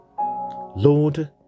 Lord